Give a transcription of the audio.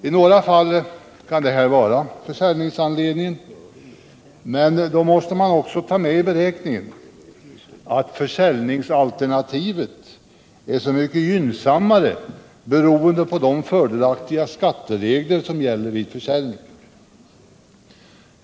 I några fall kan detta vara försäljningsanledningen, men då måste man också ta med i beräkningen att försäljningsalternativet är så mycket gynnsammare beroende på de fördelaktiga skatteregler som gäller vid försäljning.